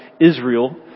Israel